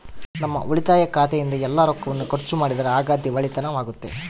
ನಮ್ಮ ಉಳಿತಾಯ ಖಾತೆಯಿಂದ ಎಲ್ಲ ರೊಕ್ಕವನ್ನು ಖರ್ಚು ಮಾಡಿದರೆ ಆಗ ದಿವಾಳಿತನವಾಗ್ತತೆ